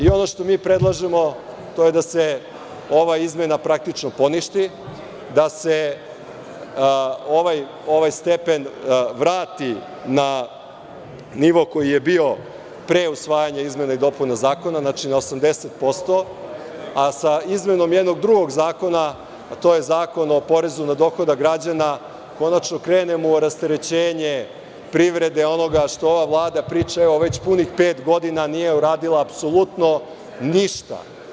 Ovo što mi predlažemo to je da se ova izmena praktično poništi, da se ovaj stepen vrati na nivo koji je bio pre usvajanja izmena i dopuna zakona, znači na 80%, a sa izmenom jednog drugog zakona, to je Zakon o porezu na dohodak građana, konačno krenemo u rasterećenje privrede, onoga što ova Vlada priča već punih pet godina, a nije uradila apsolutno ništa.